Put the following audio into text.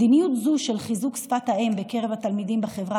מדיניות זו של חיזוק שפת האם בקרב התלמידים בחברה